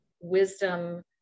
wisdom